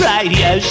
Radio